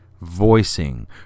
voicing